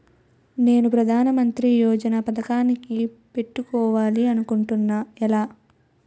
నేను ప్రధానమంత్రి యోజన పథకానికి పెట్టుకోవాలి అనుకుంటున్నా ఎలా?